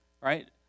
right